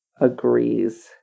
agrees